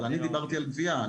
אבל אני דיברתי על גבייה.